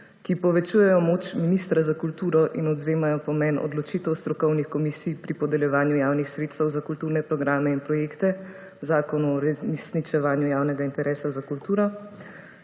Ki povečujejo moč ministra za kulturo in odvzemajo pomen odločitev strokovnih komisij pri podeljevanju javnih sredstev za kulturne programe in projekte, Zakon o uresničevanju javnega interesa za kulturo,